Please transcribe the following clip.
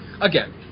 again